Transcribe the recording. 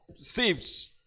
thieves